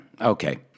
Okay